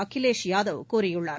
அகிலேஷ் யாதவ் கூறியுள்ளார்